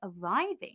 arriving